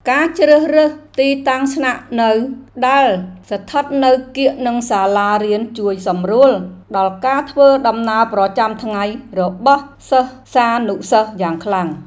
ការជ្រើសរើសទីតាំងស្នាក់នៅដែលស្ថិតនៅកៀកនឹងសាលារៀនជួយសម្រួលដល់ការធ្វើដំណើរប្រចាំថ្ងៃរបស់សិស្សានុសិស្សយ៉ាងខ្លាំង។